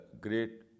great